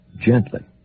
gently